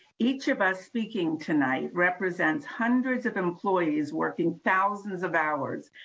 each of us speaking tonight represents hundreds of employees working thousands of hours,